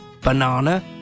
banana